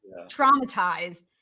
traumatized